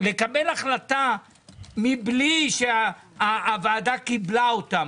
לקבל החלטה מבלי שהוועדה קיבלה אותה,